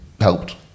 helped